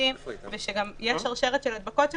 משמעותיים ושגם יש שרשרת של הדבקות שנוצרת.